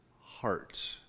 heart